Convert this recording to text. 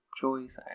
choice